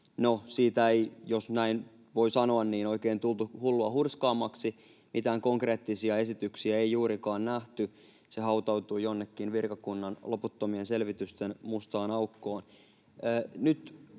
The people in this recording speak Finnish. siitä ei, jos näin voi sanoa, oikein tultu hullua hurskaammaksi, mitään konkreettisia esityksiä ei juurikaan nähty. Se hautautui jonnekin virkakunnan loputtomien selvitysten mustaan aukkoon.